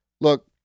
Look